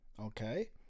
Okay